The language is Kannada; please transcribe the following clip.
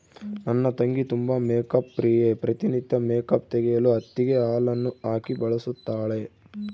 ನನ್ನ ತಂಗಿ ತುಂಬಾ ಮೇಕ್ಅಪ್ ಪ್ರಿಯೆ, ಪ್ರತಿ ನಿತ್ಯ ಮೇಕ್ಅಪ್ ತೆಗೆಯಲು ಹತ್ತಿಗೆ ಹಾಲನ್ನು ಹಾಕಿ ಬಳಸುತ್ತಾಳೆ